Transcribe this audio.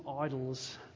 idols